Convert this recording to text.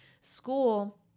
school